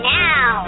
now